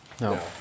No